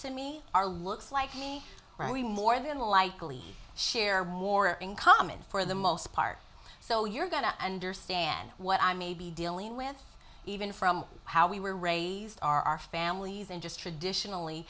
to me our looks like me or any more than likely share more in common for the most part so you're going to understand what i may be dealing with even from how we were raised our families and just traditionally